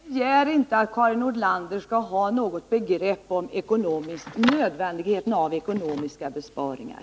Herr talman! Jag begär inte att Karin Nordlander skall ha något begrepp om nödvändigheten av ekonomiska besparingar.